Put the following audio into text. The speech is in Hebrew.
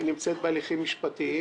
מעורבת בהם.